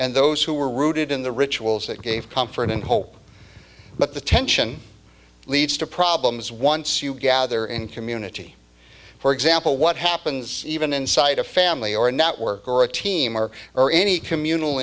and those who were rooted in the rituals that gave comfort and hope but the tension leads to problems once you gather in community for example what happens even inside a family or a network or a team or or any communal